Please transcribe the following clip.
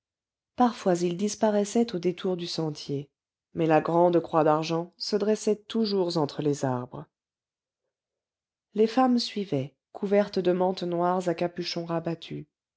parfois ils disparaissaient aux détours du sentier mais la grande croix d'argent se dressait toujours entre les arbres les femmes suivaient couvertes de mantes noires à capuchon rabattu